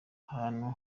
ahantu